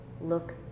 look